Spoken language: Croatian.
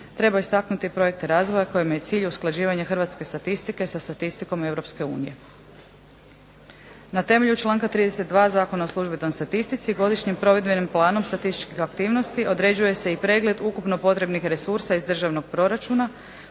treba istaknuti projekte razvoja kojima je cilj usklađivanje Hrvatske statistike sa statistikom Europske unije. Na temelju članka 32. zakona o službenoj statistici godišnjim provedbenim planom statističkih aktivnosti određuje se pregled ukupno potrebnih resursa iz državnog proračuna.